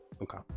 Okay